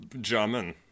German